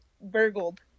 burgled